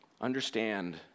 Understand